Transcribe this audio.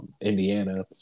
Indiana